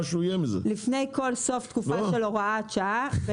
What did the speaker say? לפני כל סוף תקופה של הוראת שעה,